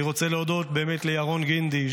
אני רוצה להודות לירון גינדי,